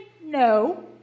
No